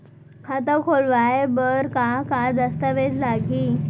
खाता खोलवाय बर का का दस्तावेज लागही?